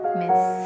miss